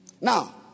Now